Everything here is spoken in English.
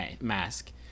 mask